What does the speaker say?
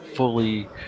fully